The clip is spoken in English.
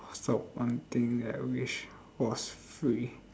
what's the one thing that I wish was free